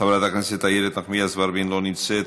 חברת הכנסת איילת נחמיאס ורבין, לא נמצאת.